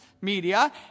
media